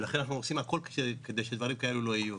ולכן אנחנו עושים הכול כדי שדברים כאלו לא יהיו.